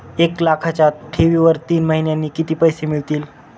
एक लाखाच्या ठेवीवर तीन महिन्यांनी किती पैसे मिळतील?